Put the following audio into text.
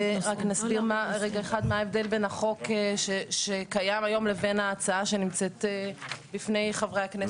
נסביר מה ההבדל בין החוק הקיים היום לבין ההצעה שנמצאת בפני חברי הכנסת.